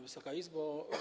Wysoka Izbo!